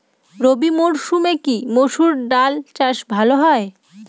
রবি মরসুমে কি মসুর ডাল চাষ ভালো হয়?